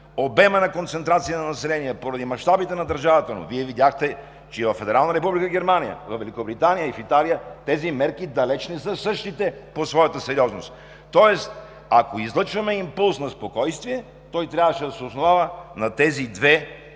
обема на концентрация на население, поради мащабите на държавата, но Вие видяхте, че и във Федерална Република Германия, във Великобритания и в Италия тези мерки далеч не са същите по своята сериозност, тоест, ако излъчваме импулс на спокойствие, той трябваше да се основава на тези два факта,